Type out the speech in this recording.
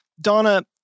Donna